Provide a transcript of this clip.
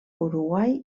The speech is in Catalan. uruguai